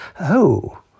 Oh